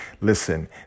listen